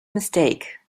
mistake